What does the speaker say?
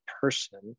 person